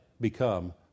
become